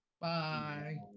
Bye